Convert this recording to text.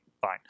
fine